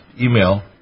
email